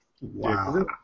Wow